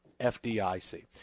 FDIC